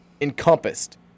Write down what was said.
encompassed